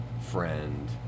friend